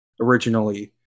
originally